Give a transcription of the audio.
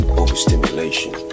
overstimulation